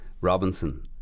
Robinson